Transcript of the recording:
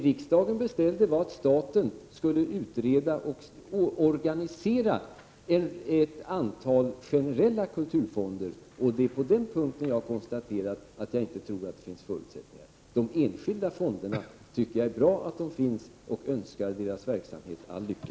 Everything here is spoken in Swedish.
Riksdagen beställde att staten skulle utreda möjligheterna att organisera ett antal generella kulturfonder. Där måste jag konstatera att det inte finns några förutsättningar. Jag tycker att det är bra med enskilda fonder och önskar deras verksamhet all lycka.